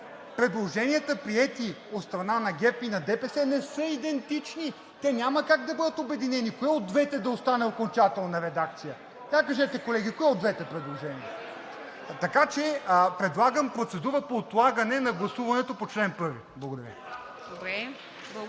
предложенията, приети от страна на ГЕРБ и ДПС, не са идентични, те няма как да бъдат обединени. Кое от двете да остане окончателна редакция? Я кажете, колеги, кое от двете предложения? Така че предлагам процедура по отлагане на гласуването по чл. 1. Благодаря.